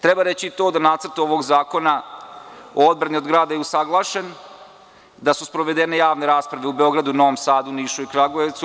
Treba reći to da nacrt ovog zakona o odbrani od grada je usaglašen, da su sprovedene javne rasprave u Beogradu, Novom Sadu, Nišu i Kragujevcu.